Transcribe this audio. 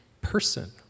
person